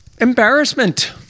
embarrassment